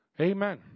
Amen